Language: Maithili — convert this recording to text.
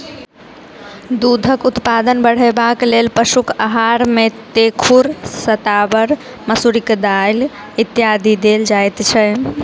दूधक उत्पादन बढ़यबाक लेल पशुक आहार मे तेखुर, शताबर, मसुरिक दालि इत्यादि देल जाइत छै